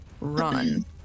run